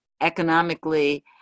economically